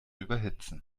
überhitzen